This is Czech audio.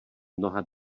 mnoha